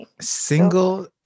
Single